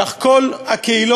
כך כל הקהילות